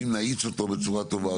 אם נאיץ אותו בצורה טובה,